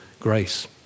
grace